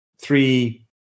three